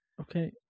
Okay